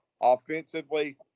offensively